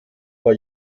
war